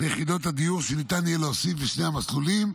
ליחידות הדיור שניתן יהיה להוסיף בשני המסלולים,